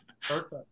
Perfect